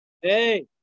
Hey